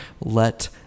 let